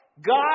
God